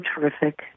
terrific